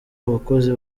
abakozi